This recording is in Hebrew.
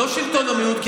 לא שלטון המיעוט.